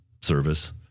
service